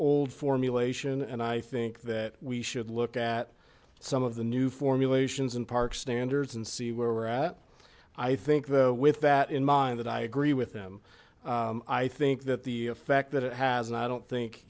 old formulation and i think that we should look at some of the new formulations and park standards and see where we're at i think though with that in mind that i agree with him i think that the fact that it has and i don't think